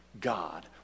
God